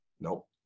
nope